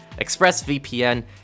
ExpressVPN